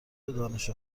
دانش